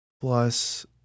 plus